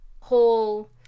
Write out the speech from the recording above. whole